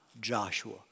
Joshua